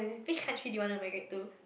which country do you want to migrate to